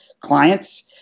clients